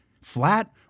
flat